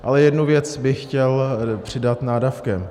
Ale jednu věc bych chtěl přidat nádavkem.